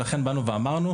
ולכן באנו ואמרנו,